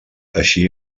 així